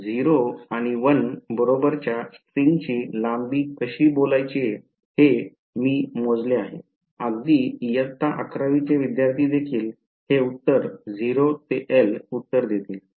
0 आणि l बरोबरच्या स्ट्रिंगची लांबी कशी बोलायचे हे मी मोजले आहे अगदी इयत्ता अकरावीचे विद्यार्थी देखील हे उत्तर 0 ते L उत्तर देतील